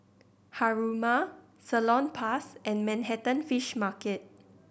Haruma Salonpas and Manhattan Fish Market